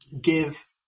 give